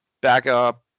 backup